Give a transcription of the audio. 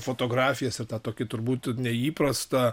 fotografijas ir tą tokį turbūt neįprastą